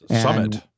Summit